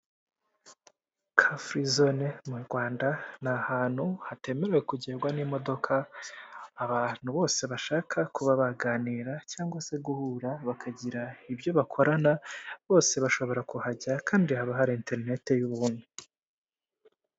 Kafuri zone mu Rwanda ni ahantu hatemerewe kugendwa n'imodoka, abantu bose bashaka kuba baganira, cyangwa se guhura bakagira ibyo bakorana, bose bashobora kuhajya kandi haba hari interinete y'ubuntu.